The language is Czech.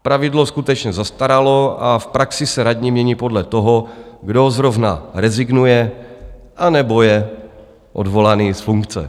Pravidlo skutečně zastaralo a v praxi se radní mění podle toho, kdo zrovna rezignuje nebo je odvolaný z funkce.